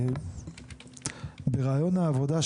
בראיון העבודה,